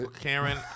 Karen